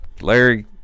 Larry